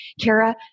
Kara